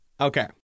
Okay